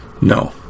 No